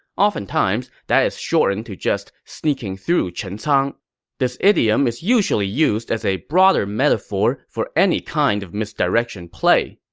often times, that is shortened to just sneaking through chencang. this idiom is usually used as a broader metaphor for any kind of misdirection play.